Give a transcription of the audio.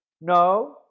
No